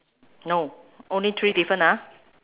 no only three different ah